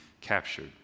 captured